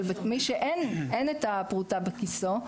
אבל מי שאין את הפרוטה בכיסו,